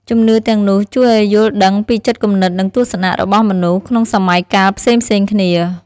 ជំនឿទាំងនោះជួយឲ្យយល់ដឹងពីចិត្តគំនិត និងទស្សនៈរបស់មនុស្សក្នុងសម័យកាលផ្សេងៗគ្នា។